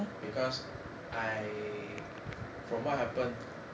because I from what happen